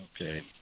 Okay